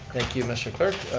thank you, mr. clerk,